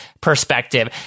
perspective